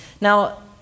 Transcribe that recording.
Now